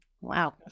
Wow